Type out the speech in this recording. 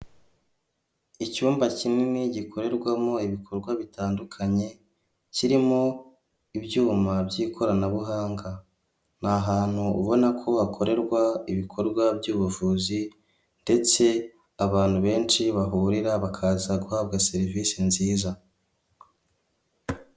Icyumba kinini gikorerwamo ibikorwa bitandukanye, kirimo ibyuma by'ikoranabuhanga ni ahantu ubona ko hakorerwa ibikorwa by'ubuvuzi, ndetse abantu benshi bahurira bakaza guhabwa serivisi nziza.